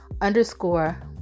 underscore